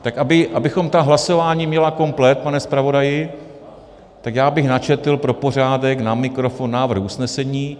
Tak abychom ta hlasování měli komplet, pane zpravodaji, já bych načetl pro pořádek na mikrofon návrh usnesení.